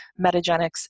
Metagenics